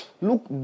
look